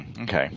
Okay